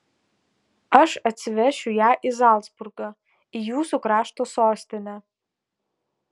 aš atsivešiu ją į zalcburgą į jūsų krašto sostinę